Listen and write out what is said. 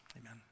amen